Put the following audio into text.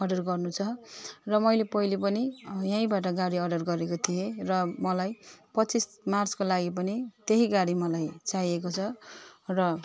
order गर्नुछ र मैले पहिले पनि यहीँबाट गाडी अर्डर गरेको थिएँ र मलाई पच्चिस मार्चको लागि पनि त्यही गाडी मलाई चाहिएको छ र